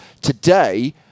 today